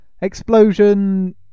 Explosion